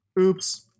Oops